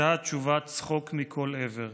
הייתה התשובה צחוק מכל עבר.